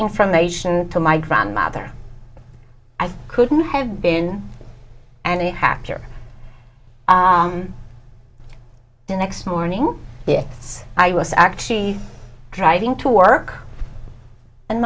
information to my grandmother i couldn't have been and hacked or the next morning yes i was actually driving to work and